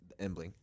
embling